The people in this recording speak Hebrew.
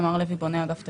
אגף התקציבים.